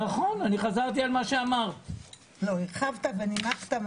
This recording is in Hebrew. יש לכם מזל שיהדות התורה לא הולכת לבג"ץ.